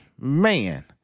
man